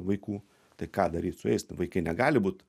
vaikų tai ką daryt su jais tai vaikai negali būt